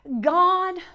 God